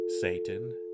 Satan